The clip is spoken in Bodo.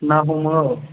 ना हमो औ